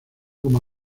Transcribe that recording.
como